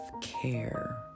care